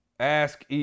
Ask